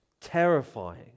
terrifying